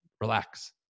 Relax